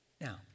Now